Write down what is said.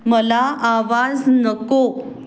मला आवाज नको